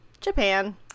Japan